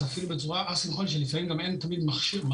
זה אפילו בצורה א-סינכרונית שלפעמים גם אין מדריך.